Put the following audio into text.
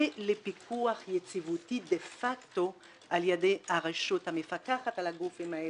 ולפיקוח יציבותי דה-פקטו על ידי הרשות המפקחת על הגופים האלה,